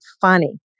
funny